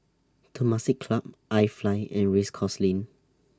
Temasek Club IFly and Race Course Lane